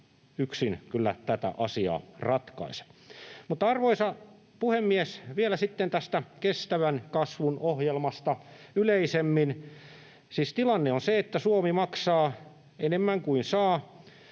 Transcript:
yksin kyllä tätä asiaa ratkaise. Mutta, arvoisa puhemies, vielä sitten tästä kestävän kasvun ohjelmasta yleisemmin. Siis tilanne on se, että Suomi maksaa enemmän kuin saa.